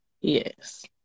Yes